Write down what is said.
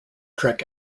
trek